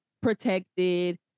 protected